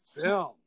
film